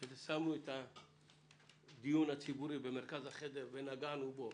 שמנו את הדיון הציבורי במרכז החדר ונגענו בו,